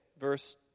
Verse